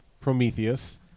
Prometheus